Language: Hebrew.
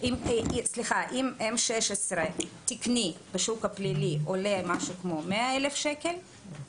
אם M16 תקני בשוק הפלילי עולה משהו כמו 100 אלף שקל,